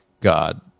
God